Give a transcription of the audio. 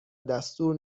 دستور